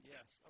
Yes